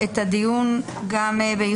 בוקר טוב, אני מתכבדת לפתוח את הדיון.